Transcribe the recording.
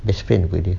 best friend untuk dia